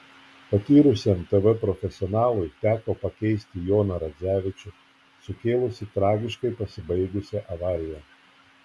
patyrusiam tv profesionalui teko pakeisti joną radzevičių sukėlusį tragiškai pasibaigusią avariją